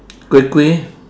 kueh kueh